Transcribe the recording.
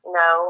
no